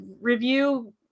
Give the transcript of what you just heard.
review